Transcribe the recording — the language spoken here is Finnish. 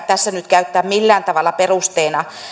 tässä nyt käyttää millään tavalla perusteena